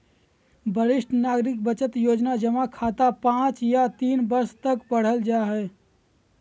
वरिष्ठ नागरिक बचत योजना जमा खाता पांच या तीन वर्ष तक बढ़ल जा हइ